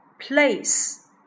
place